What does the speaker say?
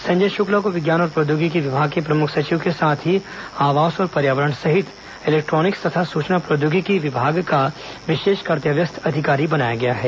संजय शुक्ला को विज्ञान और प्रौद्योगिकी विभाग के प्रमुख सचिव के साथ ही आवास और पर्यावरण सहित इलेक्ट्रॉनिक्स तथा सूचना प्रौद्योगिकी विभाग का विशेष कर्तव्यस्थ अधिकारी बनाया गया है